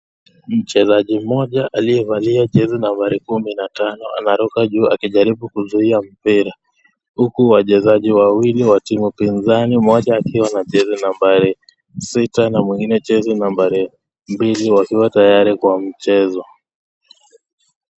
Mchezaji mmoja aliyevalia jezi nambari kumi na tano anaruka juu akijaribu kuzuia mpira, huku wachezaji wawili wa timu pinzani, mmoja akiwa na jezi nambari sita na mwingine jezi nambari mbili, wakiwa tayari kwa mchezo.